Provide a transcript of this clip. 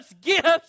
gifts